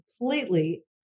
completely